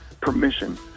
permission